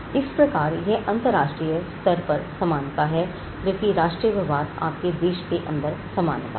इस प्रकार यह अंतरराष्ट्रीय स्तर पर समानता है जबकि राष्ट्रीय व्यवहार आपके देश के अंदर समानता है